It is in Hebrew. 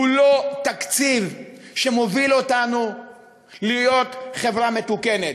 הוא לא תקציב שמוביל אותנו להיות חברה מתוקנת.